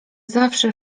zawsze